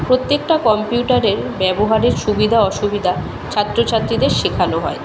প্রত্যেকটা কম্পিউটারের ব্যবহারের সুবিধা অসুবিধা ছাত্র ছাত্রীদের শেখানো হয়